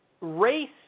race